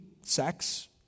sex